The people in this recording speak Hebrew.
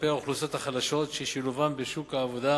כלפי אוכלוסיות חלשות ששילובן בשוק העבודה